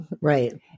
Right